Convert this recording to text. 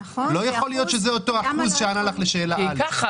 לסיכום: לגבי